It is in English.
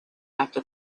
after